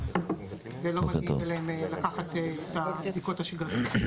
ולא מגיעים אליהם כדי לקחת את הבדיקות השגרתיות.